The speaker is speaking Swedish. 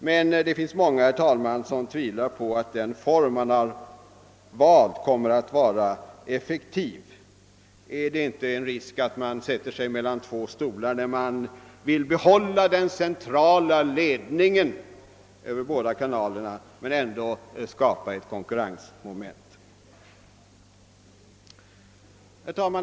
Men det finns många, herr talman, som tvivlar på att den form som valts kommer att vara effektiv. Är det inte risk för att sätta sig mellan stolar när man vill behålla den centrala ledningen över båda kanalerna men ändå skapa ett. konkurrensmoment? Herr talman!